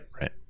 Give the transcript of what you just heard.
right